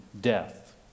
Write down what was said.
death